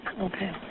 okay